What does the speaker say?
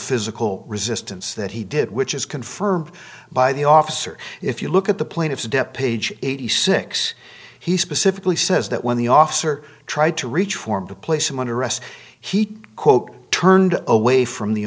physical resistance that he did which is confirmed by the officer if you look at the plaintiff's dept page eighty six he specifically says that when the officer tried to reach for him to place him under arrest he turned away from the